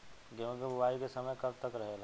गेहूँ के बुवाई के समय कब तक रहेला?